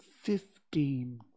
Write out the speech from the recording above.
fifteen